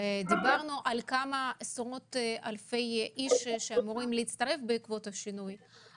על כמה עשרות אלפי איש שאמורים להצטרף בעקבות השינוי.